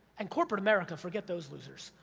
and corporate america, forget those losers,